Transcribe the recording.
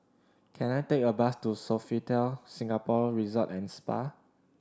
can I take a bus to Sofitel Singapore Resort and Spa